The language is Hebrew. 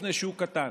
מפני שהוא קטן,